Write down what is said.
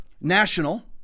national